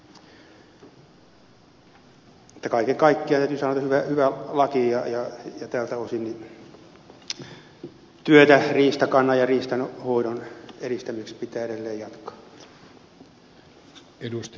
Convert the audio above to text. kaiken kaikkiaan täytyy sanoa että hyvä laki ja tältä osin työtä riistakannan ja riistanhoidon edistämiseksi pitää edelleen jatkaa